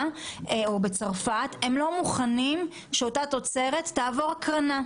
או בצרפת הם לא מוכנים שאותה תוצרת תעבור הקרנה,